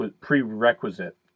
prerequisite